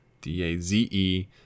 D-A-Z-E